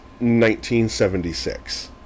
1976